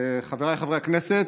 חבריי חברי הכנסת,